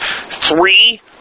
three